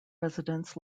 residents